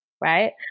right